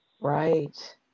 Right